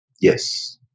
Yes